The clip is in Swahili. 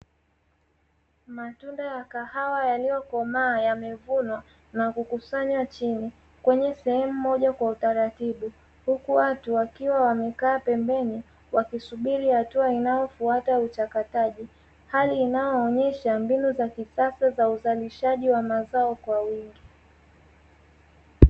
Matunda ya kahawa yaliyokomaa yamevunwa na kukusanya chini kwenye sehemu moja kwa utaratibu, huku watu wakiwa wamekaa pembeni wakisubiri hatua inayofuata uchakataji, hali inayoonyesha mbinu za kisasa za uzalishaji wa mazao kwa wingi.